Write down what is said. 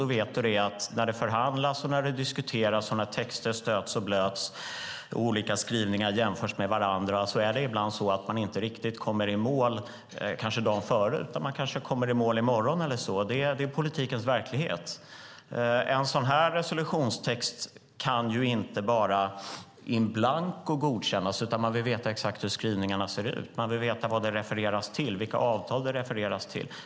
Då vet du att när det förhandlas och diskuteras, när texter stöts och blöts, olika skrivningar jämförs med varandra, kommer man ibland inte i mål dagen före utan man kommer i mål i morgon. Det är politikens verklighet. En sådan resolutionstext kan inte godkännas in blanko utan man vill veta exakt hur skrivningarna ser ut. Man vill veta vad det refereras till, vilka avtal det refereras till.